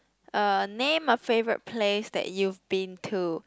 uh name a favourite place that you've been to